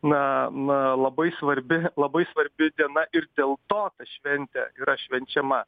na na labai svarbi labai svarbi diena ir dėl to ta šventė yra švenčiama